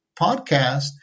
podcast